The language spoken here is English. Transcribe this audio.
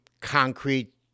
concrete